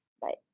Bye